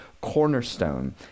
Cornerstone